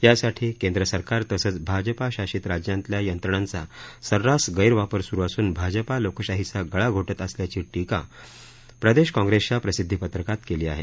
यासाठी केंद्र सरकार तसंच इतर भाजपशासित राज्यांतल्या यंत्रणांचा सर्रास गैरवापर स्रु असून भाजपा लोकशाहीचा गळा घोटत असल्याची टीका प्रदेश काँग्रेसच्या प्रसिदधिपत्रकात केली आहे